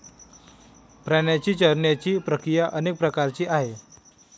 प्राण्यांची चरण्याची प्रक्रिया अनेक प्रकारची आहे